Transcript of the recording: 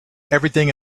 everything